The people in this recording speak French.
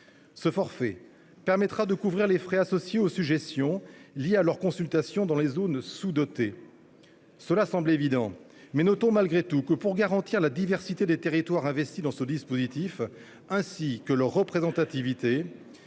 Ce forfait permettra de couvrir les frais associés aux sujétions liées aux consultations effectuées dans les zones sous-dotées. Cela semble évident, mais notons que, pour garantir la diversité des territoires investis dans ce dispositif ainsi que leur représentativité,